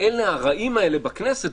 הרעים בכנסת,